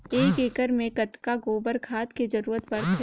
एक एकड़ मे कतका गोबर खाद के जरूरत पड़थे?